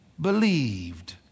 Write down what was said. believed